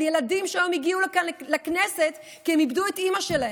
על ילדים שהיום הגיעו לכנסת כי הם איבדו את אימא שלהם.